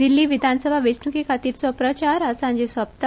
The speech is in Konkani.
दिल्ली विधानसभा वेचणूकेखातीरचो प्रचार आयज सांजे सोपता